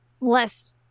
less